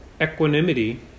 equanimity